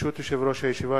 ברשות יושב-ראש הישיבה,